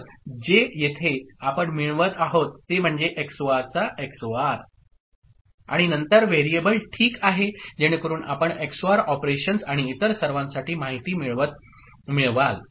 तर जे येथे आपण मिळवत आहोत ते म्हणजे XOR चा XOR आणि नंतर व्हेरिएबल ठीक आहे जेणेकरून आपण XOR ऑपरेशन्स आणि इतर सर्वांसाठी माहिती मिळवाल